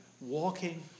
walking